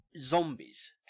zombies